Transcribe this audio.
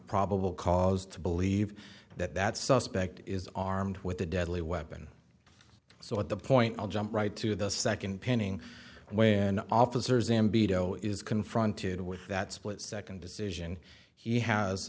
probable cause to believe that that suspect is armed with a deadly weapon so at the point i'll jump right to the second painting when officers and beat zero is confronted with that split second decision he has